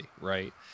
right